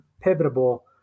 pivotal